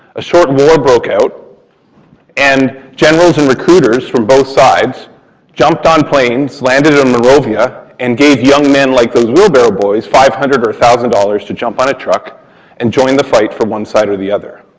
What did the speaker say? a short war broke out and generals and recruiters from both sides jumped on planes, landed in morovia, and gave young men like those wheelbarrow boys five hundred or one thousand dollars to jump on a truck and join the fight for one side or the other,